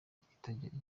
itajyanye